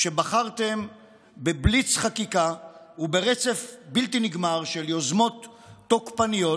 שבחרתם בבליץ חקיקה וברצף בלתי נגמר של יוזמות תוקפניות